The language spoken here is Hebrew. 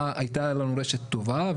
הייתה לנו רשת טובה,